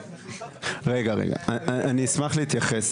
רגע, רגע, אני אשמח להתייחס.